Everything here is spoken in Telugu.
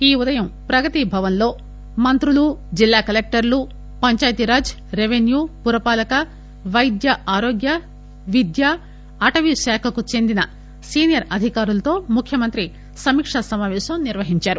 ఈ ఉదయం ప్రగతి భవన్ లో మంత్రులు జిల్లా కలెక్టర్ లు పంచాయతీ రాజ్ రెవెన్యూ పురపాలక వైద్య ఆరోగ్య విద్య అటవీ శాఖకు చెందిన సీనియర్ అధికారులతో ముఖ్యమంత్రి సమీకా సమాపేశం నిర్వహించారు